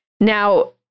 now